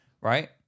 right